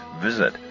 visit